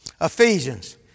Ephesians